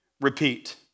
repeat